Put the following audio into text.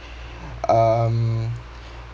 um